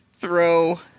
throw